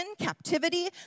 Captivity